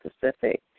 Pacific